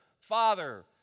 father